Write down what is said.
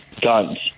guns